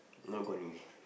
now gone already